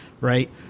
right